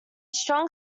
strong